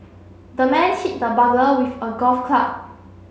the man hit the burglar with a golf club